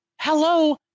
hello